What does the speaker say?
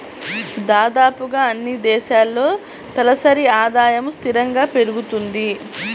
దాదాపుగా అన్నీ దేశాల్లో తలసరి ఆదాయము స్థిరంగా పెరుగుతుంది